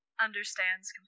understands